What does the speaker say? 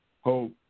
hope